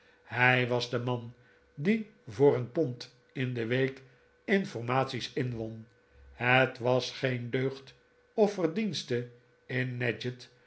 hij was de man die voor een pond in de week informatics inwon het was geen deugd of verdienste in